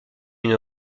une